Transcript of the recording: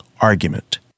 argument